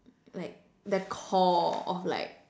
like the core of like